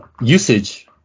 usage